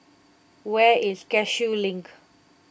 where is Cashew Link